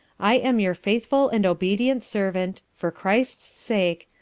i am your faithful and obedient servant, for christ's sake,